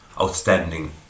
outstanding